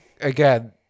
again